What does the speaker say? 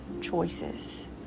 choices